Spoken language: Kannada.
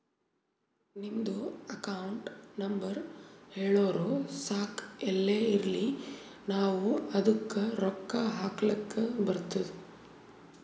ನಿಮ್ದು ಅಕೌಂಟ್ ನಂಬರ್ ಹೇಳುರು ಸಾಕ್ ಎಲ್ಲೇ ಇರ್ಲಿ ನಾವೂ ಅದ್ದುಕ ರೊಕ್ಕಾ ಹಾಕ್ಲಕ್ ಬರ್ತುದ್